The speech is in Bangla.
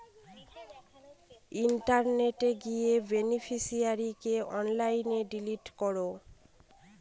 ইন্টারনেটে গিয়ে বেনিফিশিয়ারিকে অনলাইনে ডিলিট করো